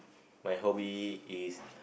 my hobby is